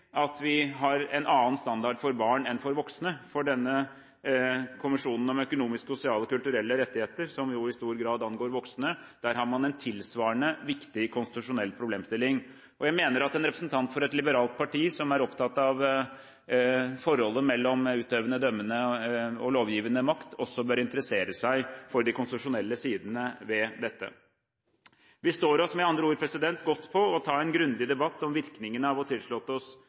at vi har en annen standard for barn enn for voksne, for i denne konvensjonen om økonomiske, sosiale og kulturelle rettigheter, som jo i stor grad angår voksne, har man en tilsvarende viktig konstitusjonell problemstilling. Jeg mener at en representant for et liberalt parti som er opptatt av forholdet mellom utøvende, dømmende og lovgivende makt, også bør interessere seg for de konstitusjonelle sidene ved dette. Vi står oss med andre ord godt på å ta en grundig debatt om virkningene av å tilslutte oss